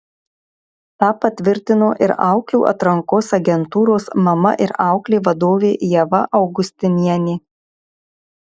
tą patvirtino ir auklių atrankos agentūros mama ir auklė vadovė ieva augustinienė